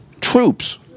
troops